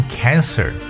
cancer